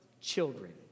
children